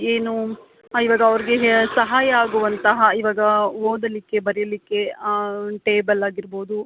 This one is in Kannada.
ಏನು ಇವಾಗ ಅವರಿಗೆ ಹೇಳು ಸಹಾಯ ಆಗುವಂತಹ ಇವಾಗ ಓದಲಿಕ್ಕೆ ಬರಿಲಿಕ್ಕೆ ಟೇಬಲ್ ಆಗಿರ್ಬೋದು